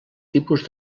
tipus